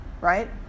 right